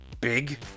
big